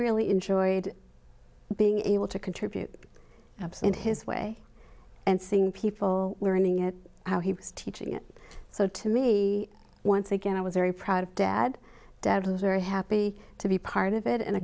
really enjoyed being able to contribute absinthe his way and seeing people learning it how he was teaching it so to me once again i was very proud of dad dad loser happy to be part of it and a